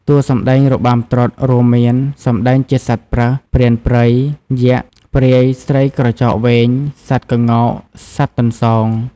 តួសម្ដែងរបាំត្រុដិរួមមាន សម្តែងជាសត្វប្រើស ព្រានព្រៃ យក្ស ព្រាយស្រីក្រចកវែង សត្វក្ងោក សត្វទន្សោង។